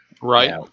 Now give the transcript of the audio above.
Right